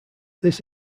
this